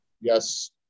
yes